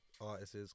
Artists